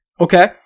Okay